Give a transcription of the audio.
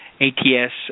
ATS